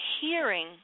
hearing